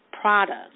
products